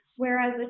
Whereas